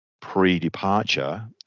pre-departure